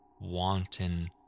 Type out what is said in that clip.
wanton